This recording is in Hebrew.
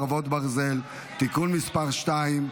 חרבות ברזל) (תיקון מס' 2),